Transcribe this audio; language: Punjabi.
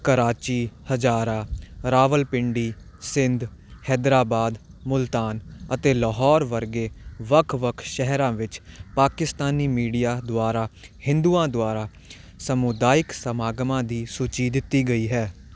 ਕਰਾਚੀ ਹਜਾਰਾ ਰਾਵਲਪਿੰਡੀ ਸਿੰਧ ਹੈਦਰਾਬਾਦ ਮੁਲਤਾਨ ਅਤੇ ਲਾਹੌਰ ਵਰਗੇ ਵੱਖ ਵੱਖ ਸ਼ਹਿਰਾਂ ਵਿੱਚ ਪਾਕਿਸਤਾਨੀ ਮੀਡੀਆ ਦੁਆਰਾ ਹਿੰਦੂਆਂ ਦੁਆਰਾ ਸਮੁਦਾਇਕ ਸਮਾਗਮਾਂ ਦੀ ਸੂਚੀ ਦਿੱਤੀ ਗਈ ਹੈ